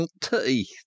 Teeth